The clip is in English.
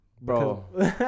bro